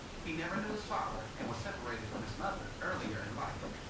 he never knew his father, and was separated from his mother earlier in life.